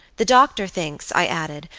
the doctor thinks, i added,